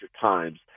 times